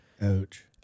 Ouch